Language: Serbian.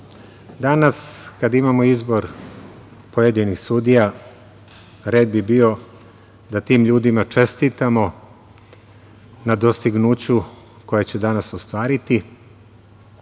onako. Danas kada imamo izbor pojedinih sudija, red bi bio da tim ljudima čestitamo na dostignuću koja će danas ostvariti